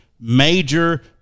major